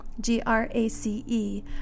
G-R-A-C-E